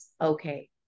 okay